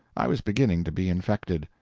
i was beginning to be infected.